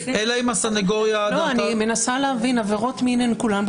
אני מבקש שכולנו נתכונן לדיון הזה.